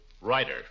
writer